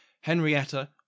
Henrietta